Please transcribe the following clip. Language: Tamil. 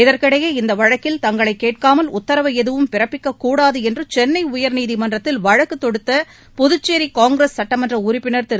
இதற்கிடையே இந்த வழக்கில் தங்களை கேட்காமல் உத்தரவு எதுவும் பிறப்பிக்கக் கூடாது என்று சென்னை உயர்நீதிமன்றத்தில் வழக்குத் தொடுத்த புதுச்சேரி காங்கிரஸ் சட்டமன்ற உறுப்பினர் திரு